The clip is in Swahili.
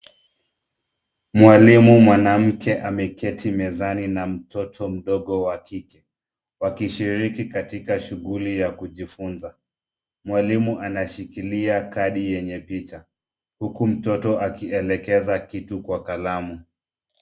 Mwalimu mwanamke ameketi mezani na mtoto mdogo wakike wakishiriki katika shughuli ya kujifunza. Mwalimu anashikilia kadi yenye picha huku mtoto akielekeza kitu kwa kalamu.